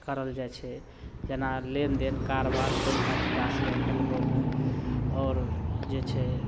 करल जाइ छै जेना लेनदेन कारबार पैसा निकासी आइकाल्हि गाँवमे और जे छै